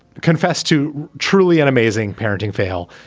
confessed to truly an amazing parenting fail.